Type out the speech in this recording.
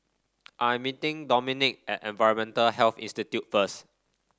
I am meeting Dominik at Environmental Health Institute first